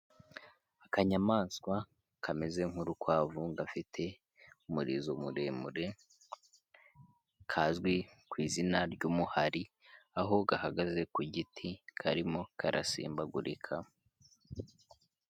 Akanyamaswa kameze nk'urukwavu gafite umurizo muremure kazwi ku izina ry'umuhari, aho gahagaze ku giti karimo karasimbagurika.